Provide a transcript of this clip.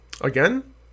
again